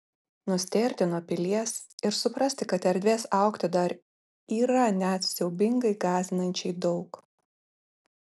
nustėrti nuo pilies ir suprasti kad erdvės augti dar yra net siaubingai gąsdinančiai daug